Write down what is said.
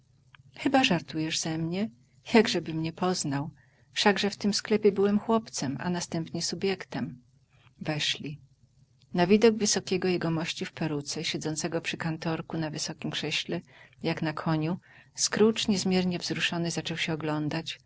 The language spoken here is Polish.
chyba żartujesz ze mnie jakżebym nie poznał wszakże w tym sklepie byłem chłopcem a następnie subiektem weszli na widok wysokiego jegomości w peruce siedzącego przy kantorku na wysokiem krześle jak na koniu scrooge niezmiernie wzruszony zaczął się oglądać